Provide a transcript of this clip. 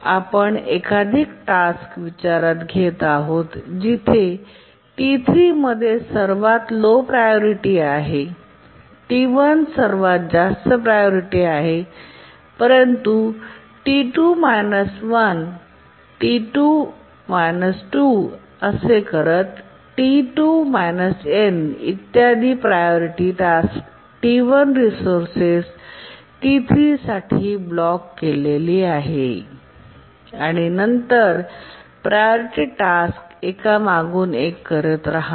आपण एकाधिक टास्क विचारात घेत आहोत जिथे T3 मध्ये सर्वात लो प्रायोरिटी आहे T1 सर्वात जास्त प्रायोरिटी आहे परंतु T2 1 T 2 2 T2 N इत्यादी priority task T1 resources T3 साठी ब्लॉक केलेली आहे आणि नंतर प्रायोरिटी टास्क एकामागून एक करत रहा